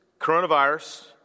coronavirus